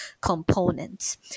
components